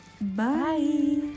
Bye